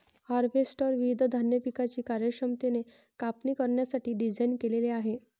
harvester विविध धान्य पिकांची कार्यक्षमतेने कापणी करण्यासाठी डिझाइन केलेले आहे